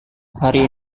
hari